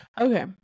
Okay